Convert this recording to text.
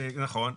נכון,